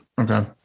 okay